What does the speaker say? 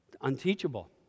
Unteachable